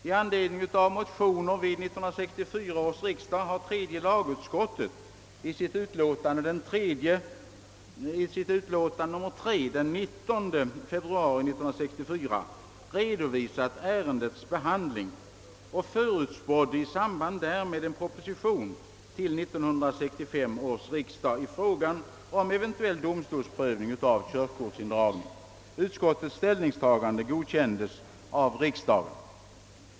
I anledning av motioner vid 1964 års riksdag redovisade tredje lagutskottet i sitt utlåtande nr 3 den 19 februari 1964 ärendets behandling och förutspådde i samband därmed en proposition till 1965 års riksdag rörande en eventuell domstolsprövning av körkortsindragning. Utskottets ställningstagande godkändes av riksdagen.